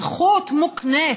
זכות מוקנית,